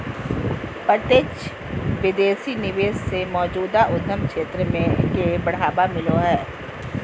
प्रत्यक्ष विदेशी निवेश से मौजूदा उद्यम क्षेत्र के बढ़ावा मिलो हय